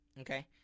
okay